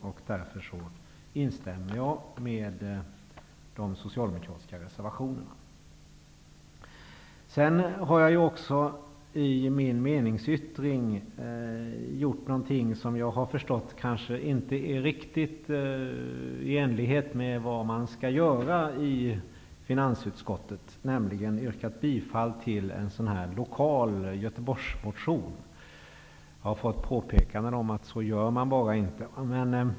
Jag instämmer därför i de socialdemokratiska reservationerna. I min meningsyttring har jag gjort någonting som jag har förstått kanske inte riktigt är i enlighet med hur man skall göra i finansutskottet. Jag har nämligen yrkat bifall till en lokal motion från Göteborg. Jag har fått påpekanden om att man inte gör så.